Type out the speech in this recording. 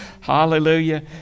Hallelujah